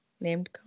named